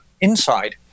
inside